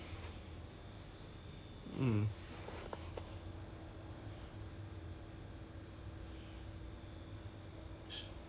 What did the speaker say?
mm ya lah true I mean they sta~ actually start of the year they approach him already they approach him and err what's the other guy Shingo